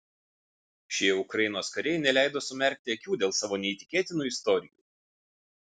šie ukrainos kariai neleido sumerkti akių dėl savo neįtikėtinų istorijų